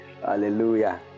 hallelujah